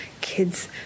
kids